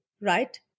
right